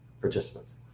participants